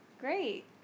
great